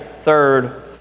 third